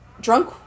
drunk